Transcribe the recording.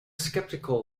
skeptical